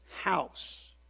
house